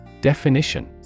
Definition